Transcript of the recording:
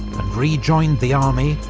and rejoined the army,